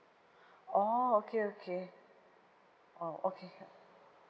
orh okay okay orh okay